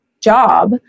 job